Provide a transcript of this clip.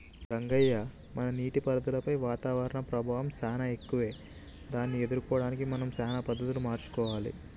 రంగయ్య మన నీటిపారుదలపై వాతావరణం ప్రభావం సానా ఎక్కువే దాన్ని ఎదుర్కోవడానికి మనం సానా పద్ధతులు మార్చుకోవాలి